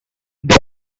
they